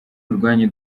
urwanyu